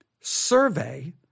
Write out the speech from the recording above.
survey